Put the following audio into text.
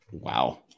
Wow